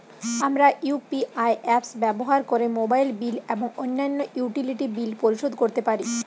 আমরা UPI apps ব্যবহার করে মোবাইল বিল এবং অন্যান্য ইউটিলিটি বিল পরিশোধ করতে পারি